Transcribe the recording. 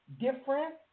different